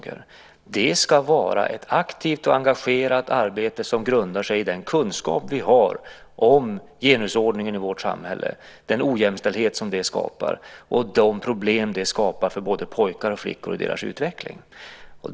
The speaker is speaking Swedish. Det ska vara ett aktivt och engagerat arbete som grundar sig på den kunskap vi har om genusordningen i vårt samhälle, den ojämställdhet som den skapar och de problem den skapar för både pojkar och flickor i deras utveckling.